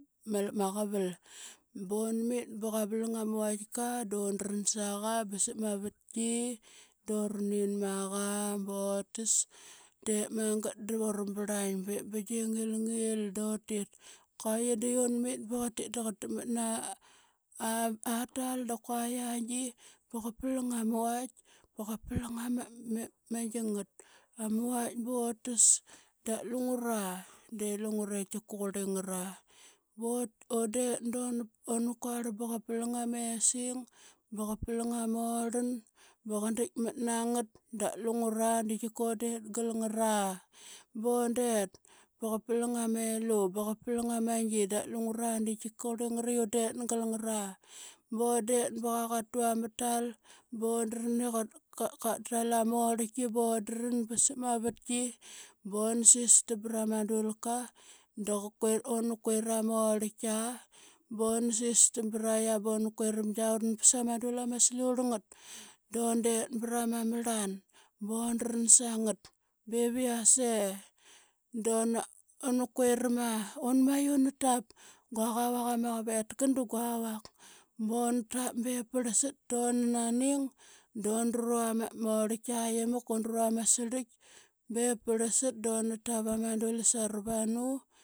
Pa maqaval. Bunmit ba qa vlang ama vaitka dun dran saqa ba sap ma vatki da ura nin maqa botas. Diip magat dura brlaina bep bigie ngilngil dutit. Kua ye de unmut, batit da qa takmat na atal da kua i qia gi, ba qa plang ama vaitk, ba qa plang ama vaitk botas. Da lungura de lungure tikia qurli ngara, bot undet da una kuarl ba qa plang amesing, ba qa plang amarlan ba qa dikmat na ngat. Dalungura de tikundet galngara, bondet ba qa plang amelu, ba qa plang ama gi da lungura de tika qurli ngara i undet gal ngara. Bondet ba qua qatu amatal, bondra i qa tal amorki bondran ba sap ma vatki boan sistam bra ma dulka da qa, una kuiram orlkia bona sistam, bra qia, bona kuiramgia. Unpas ama dul ama slorl ngat dundet ba rama marlan bondran sa ngat bivaise da una kuiram aa. Unmai, una tap i guaqavak amaqavetka da gua vak. Bontap bep parlsat duna naning da undru ama orlkia imuk, undra ama srik bep parlsat da una tavama dul saravanu.